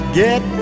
get